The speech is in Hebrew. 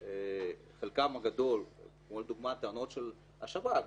חלקם הגדול כמו לדוגמה הטענות של השב"כ,